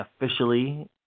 officially